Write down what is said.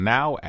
Now